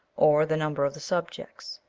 or the number of the subjects.